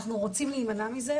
אנחנו רוצים להימנע מזה,